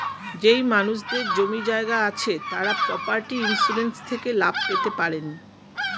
যেই মানুষদের জমি জায়গা আছে তারা প্রপার্টি ইন্সুরেন্স থেকে লাভ পেতে পারেন